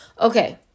Okay